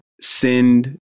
send